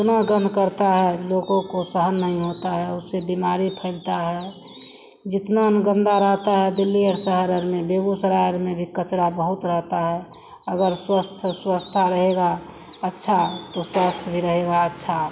उतना गन्ध करता है लोगों को सहन नहीं होता है उससे बीमारी फैलती है जितना न गन्दा रहता है दिल्ली और शहर और में बेगूसराय और में भी क़चरा बहुत रहता है अगर स्वस्थ स्वस्छता रहेगी अच्छा तो स्वास्थ्य भी रहेगा अच्छा